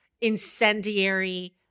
incendiary